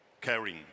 Caring